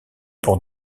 pour